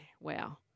Wow